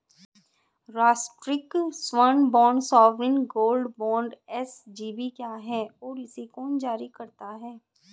राष्ट्रिक स्वर्ण bond sovereign gold bond SGB क्या है और इसे कौन जारी करता है?